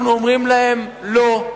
אנחנו אומרים להם: לא,